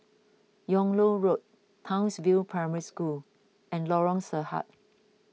Yung Loh Road Townsville Primary School and Lorong Sarhad